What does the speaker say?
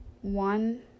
one